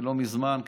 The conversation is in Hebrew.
לא מזמן,